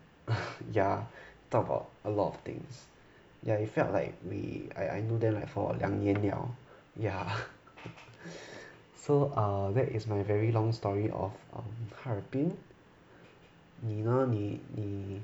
ya talk about a lot of things ya it felt like we I I know them for like for 两年了 ya so err that is my very long story of 哈尔滨你呢你你